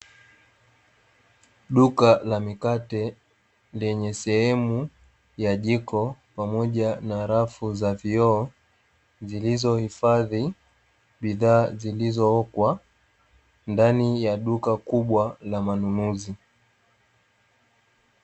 Duka la mikate lenye sehemu ya jiko pamoja na rafu za vioo, zilizohifadhi bidhaa zilizookwa ndani ya duka kubwa la manunuzi.